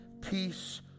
Peace